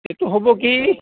এইটো হ'ব কি